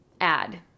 add